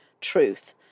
truth